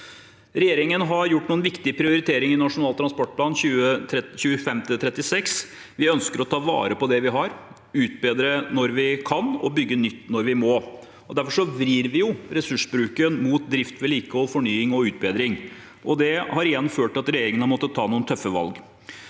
Regjeringen har gjort noen viktige prioriteringer i Nasjonal transportplan 2025–2036. Vi ønsker å ta vare på det vi har, utbedre når vi kan, og bygge nytt når vi må. Derfor vrir vi ressursbruken mot drift, vedlikehold, fornying og utbedring. Det har igjen ført til at regjeringen har måttet ta noen tøffe valg.